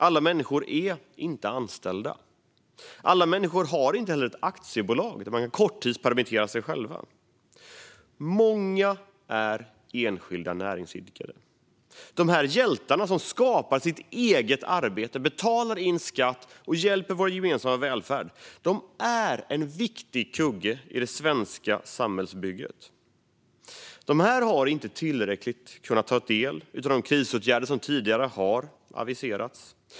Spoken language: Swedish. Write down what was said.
Alla människor är inte anställda. Alla människor har inte heller ett aktiebolag där de kan korttidspermittera sig själva. Många är enskilda näringsidkare. De här hjältarna som skapar sitt eget arbete, betalar in skatt och hjälper vår gemensamma välfärd är en viktig kugge i det svenska samhällsbygget. De har inte i tillräcklig grad kunnat ta del av de krisåtgärder som tidigare har aviserats.